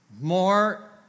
more